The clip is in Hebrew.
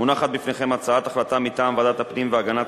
החלטת ועדת הפנים והגנת